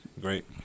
Great